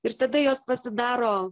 ir tada jos pasidaro